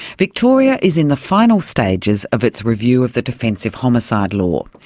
victoria is in the final stages of its review of the defensive homicide law.